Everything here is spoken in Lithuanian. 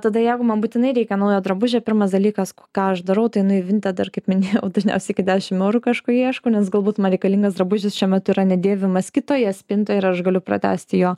tada jeigu man būtinai reikia naujo drabužio pirmas dalykas ką aš darau tai einu į vintedą dar kaip minėjau dažniausiai iki dešim eurų kažko ieškau nes galbūt man reikalingas drabužis šiuo metu yra nedėvimas kitoje spintoje ir aš galiu pratęsti jo